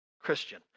Christian